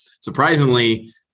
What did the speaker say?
Surprisingly